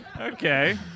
Okay